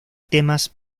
temas